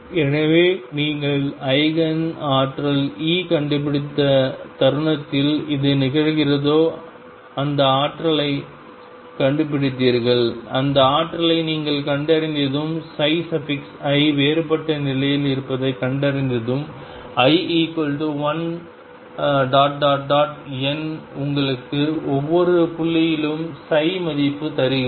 எனவே நீங்கள் ஈஜென் ஆற்றல் E கண்டுபிடித்த தருணத்தில் எது நிகழ்கிறதோ அந்த ஆற்றலைக் கண்டுபிடித்தீர்கள் அந்த ஆற்றலை நீங்கள் கண்டறிந்ததும் i வேறுபட்ட நிலையில் இருப்பதைக் கண்டறிந்ததும் i1⋅⋅⋅⋅N உங்களுக்கு ஒவ்வொரு புள்ளியிலும் மதிப்பு தருகிறது